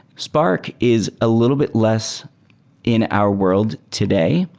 spark is a little bit less in our world today,